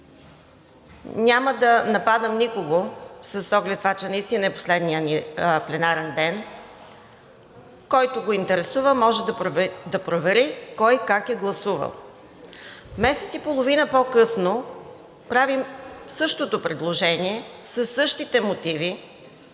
Няма да нападам никого с оглед това, че наистина е последният ни пленарен ден – който го интересува, може да провери кой как е гласувал. Месец и половина по-късно правим същото предложение със същите мотиви,